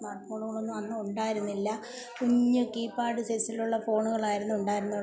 smart ഫോണുകളൊന്നും അന്ന് ഉണ്ടായിരുന്നില്ല കുഞ്ഞ് കീപാഡ് സെയ്സിലുള്ള ഫോണുകളായിരുന്നു ഉണ്ടായിരുന്നുള്ളു